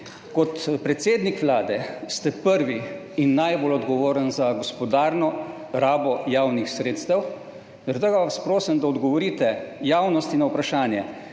ste predsednik Vlade prvi in najbolj odgovorni za gospodarno rabo javnih sredstev, vas prosim, da odgovorite javnosti na vprašanje: